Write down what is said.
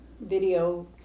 video